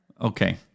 Okay